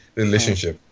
relationship